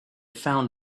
found